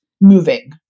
moving